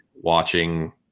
watching